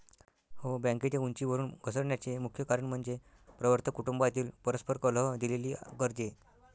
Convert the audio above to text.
हो, बँकेच्या उंचीवरून घसरण्याचे मुख्य कारण म्हणजे प्रवर्तक कुटुंबातील परस्पर कलह, दिलेली कर्जे